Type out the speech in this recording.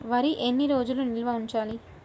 వరి ఎన్ని రోజులు నిల్వ ఉంచాలి?